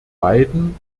beiden